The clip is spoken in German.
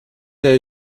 der